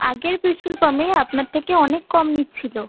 আগের পেট্রোল পাম্পে আপনার থেকে অনেক কম নিচ্ছিল